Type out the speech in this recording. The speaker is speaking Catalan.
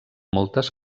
moltes